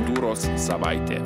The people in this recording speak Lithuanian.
kultūros savaitė